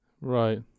Right